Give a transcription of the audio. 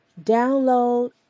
download